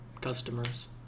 customers